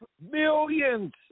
Millions